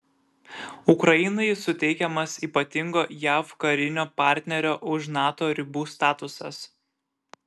ukrainai suteikiamas ypatingo jav karinio partnerio už nato ribų statusas